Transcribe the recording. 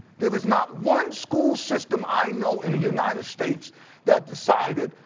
there was not one school system i know in the united states that decided,